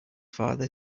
father